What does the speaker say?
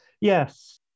Yes